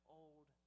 old